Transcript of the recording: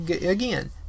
again